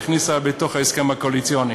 הכניסה להסכמים הקואליציוניים.